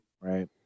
right